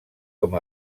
com